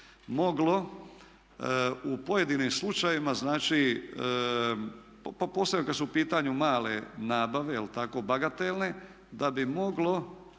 moglo u pojedinim slučajevima znači i posebno kad su u pitanju male nabave bagatelne da bi moglo